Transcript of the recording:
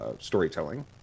storytelling